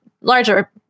larger